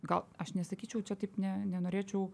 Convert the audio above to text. gal aš nesakyčiau čia taip ne norėčiau